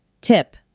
Tip